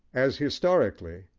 as, historically,